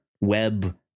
web